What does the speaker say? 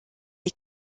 est